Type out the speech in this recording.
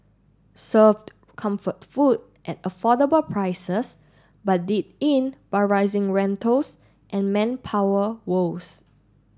served comfort food at affordable prices but did in by rising rentals and manpower woes